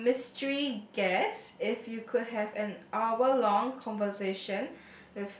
um mystery guess if you could have an hour long conversation